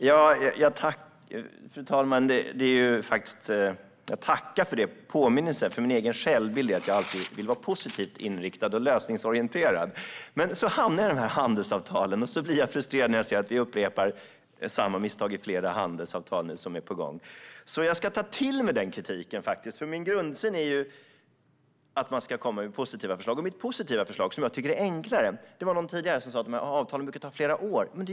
Fru talman! Jag tackar för den påminnelsen. Min egen självbild är att jag alltid vill vara positivt inriktad och lösningsorienterad. Men så hamnar jag i handelsavtalen, och då blir jag frustrerad när jag ser att man upprepar samma misstag i flera av de handelsavtal som nu är på gång. Jag tar till mig den kritiken. Min grundsyn är ju att man ska komma med positiva förslag. Det var någon här tidigare som sa att dessa avtal brukar ta flera år att komma fram till.